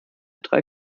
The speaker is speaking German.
drei